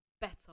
better